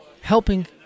helping